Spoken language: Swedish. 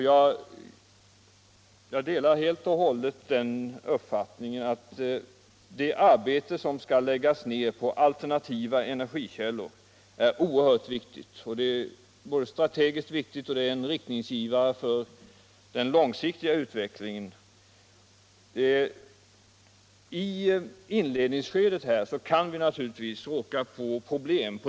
Jag delar helt och hållet uppfattningen att det arbete som skall läggas ned på alternativa energikällor är oerhört viktigt — det är både strategiskt viktigt och viktigt som en riktningsgivare för den långsiktiga utvecklingen. I inledningsskedet kan vi naturligtvis stöta på problem.